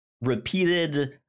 repeated